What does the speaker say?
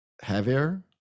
heavier